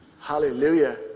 hallelujah